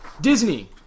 Disney